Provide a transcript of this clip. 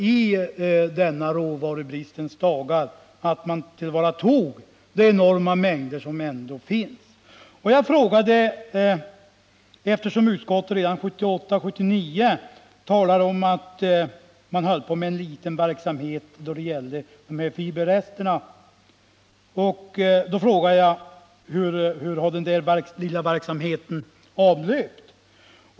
I dessa råvarubristens dagar vore det lämpligt att tillvarata de enorma mängder som ändå finns. Redan 1978-1979 talade man i utskottet om att viss verksamhet pågick när det gällde fiberresterna. Därför frågar jag: Hur har denna verksamhet avlöpt?